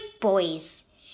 boys